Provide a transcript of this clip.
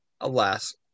alas